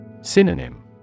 Synonym